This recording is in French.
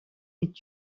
est